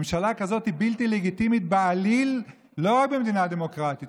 ממשלה כזאת היא בלתי לגיטימית בעליל לא רק במדינה דמוקרטית,